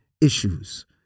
issues